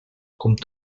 com